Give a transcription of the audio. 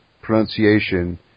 pronunciation